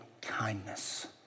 kindness